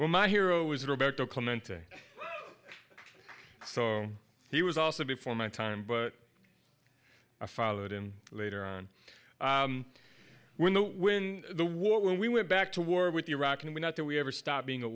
well my hero was roberto clemente so he was also before my time but i followed him later on when the when the war when we went back to war with iraq and we not that we ever stopped being a